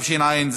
נמנעים.